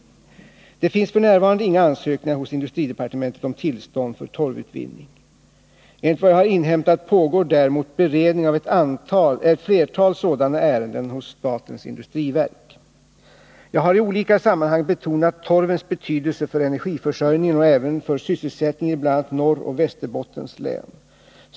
Det finns f. n. inga ansökningar hos industridepartementet om tillstånd för torvutvinning. Enligt vad jag har inhämtat pågår däremot beredning av ett flertal sådana ärenden hos statens industriverk. Jag har i olika sammanhang betonat torvens betydelse för energiförsörjningen och även för sysselsättningen i bl.a. Norrbottens och Västerbottens län.